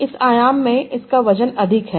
इस आयाम में इसका वजन अधिक है